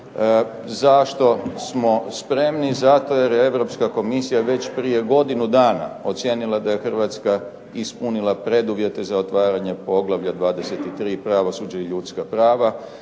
Zašto smo spremni? Zato jer je Europska komisija već prije godinu dana ocijenila da je Hrvatska ispunila preduvjete za otvaranje poglavlja 23. – Pravosuđe i ljudska prava